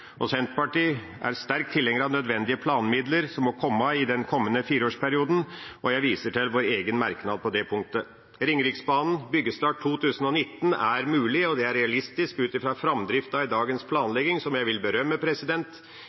opprusting. Senterpartiet er sterk tilhenger av nødvendige planmidler, som må komme i den kommende fireårsperioden. Jeg viser til vår egen merknad på det punktet. Byggestart for Ringeriksbanen i 2019 er mulig, og det er realistisk ut ifra framdriften i dagens planlegging, som jeg vil berømme.